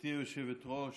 גברתי היושבת-ראש,